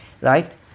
Right